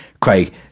Craig